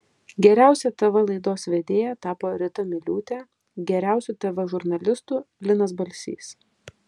geriausia tv laidos vedėja tapo rita miliūtė geriausiu tv žurnalistu linas balsys